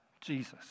Jesus